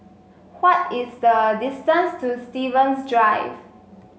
what is the distance to Stevens Drive